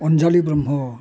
Anjali Brahma